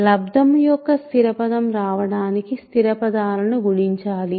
లబ్దము యొక్క స్థిర పదము రావడానికి స్థిర పదాలను గుణించాలి